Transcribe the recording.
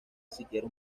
siquiera